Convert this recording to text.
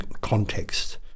context